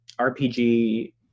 RPG